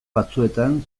batzuetan